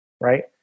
Right